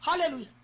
Hallelujah